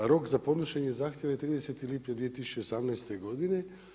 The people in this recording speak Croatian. Rok za podnošenje zahtjeva je 30.lipnja 2018. godine.